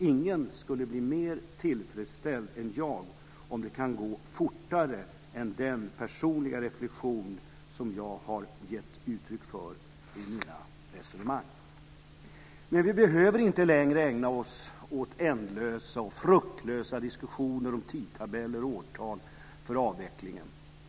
Ingen skulle bli mer tillfredsställd än jag om det kan gå fortare än vad jag har gett uttryck för i denna personliga reflexion. Vi behöver inte längre ägna oss åt ändlösa och fruktlösa diskussioner om tidtabeller och årtal för avvecklingen.